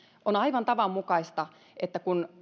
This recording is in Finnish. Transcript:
on aivan tavanmukaista että kun